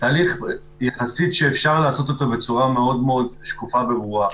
תהליך שאפשר לעשותו בצורה מאוד מאוד שקופה וברורה.